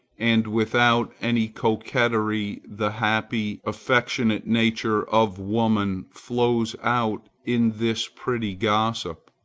and without any coquetry the happy, affectionate nature of woman flows out in this pretty gossip.